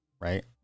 right